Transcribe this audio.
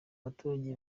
abaturage